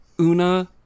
Una